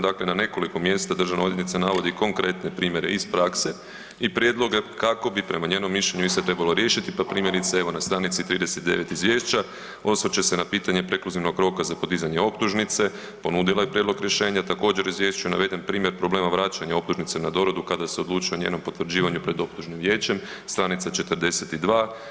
Dakle na nekoliko mjesta državna odvjetnica navodi konkretne primjere iz prakse i prijedloge kako bi prema njenom mišljenju iste trebalo riješiti pa primjerice evo na stranici 39 izvješća, osvrće se na pitanje prekluzivnog roka za podizanje optužnice, ponudila je prijedlog rješenja, također u izvješću je naveden primjer problema vraćanja optužnice na doradu kada se odlučuje o njenom potvrđivanju pred optužnim vijeće, str. 42.